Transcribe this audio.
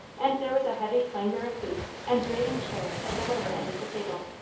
and there was a heavy clangour of boots and grating chairs at the lower end of the table.